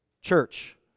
church